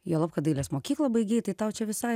juolab kad dailės mokyklą baigei tai tau čia visai